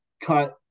cut